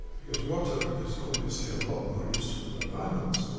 because water is obviously a lot more useful than diamonds